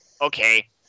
okay